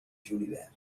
julivert